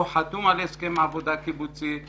הוא חתום על הסכם עבודה קיבוצי,